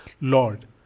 Lord